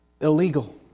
illegal